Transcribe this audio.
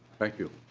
thank you.